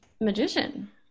magician